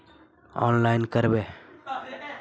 Online करवे?